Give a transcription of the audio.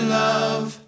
love